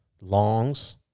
Longs